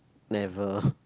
never